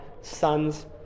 sons